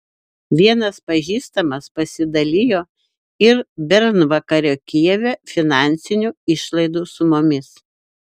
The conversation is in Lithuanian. vienas pažįstamas pasidalijo ir bernvakario kijeve finansinių išlaidų sumomis